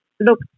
look